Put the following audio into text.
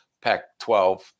Pac-12